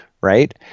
right